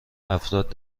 افراد